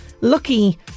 lucky